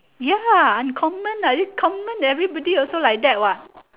ya uncommon common everybody also like that what